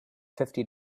fifty